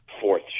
fourth